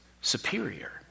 superior